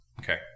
Okay